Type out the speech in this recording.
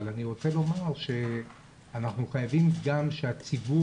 אבל אני רוצה לומר שאנחנו חייבים גם שהציבור